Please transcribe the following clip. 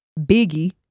Biggie